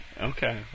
Okay